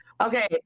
Okay